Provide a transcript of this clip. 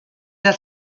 der